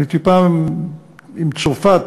עם צרפת,